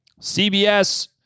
CBS